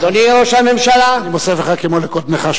כמו לקודמך,